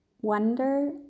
Wonder